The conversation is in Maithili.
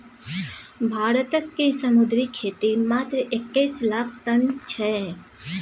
भारतक समुद्री खेती मात्र एक्कैस लाख टन छै